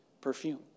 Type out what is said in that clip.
perfume